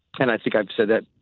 and i think i've said that.